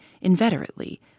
inveterately